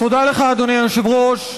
תודה לך, אדוני היושב-ראש.